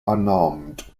unarmed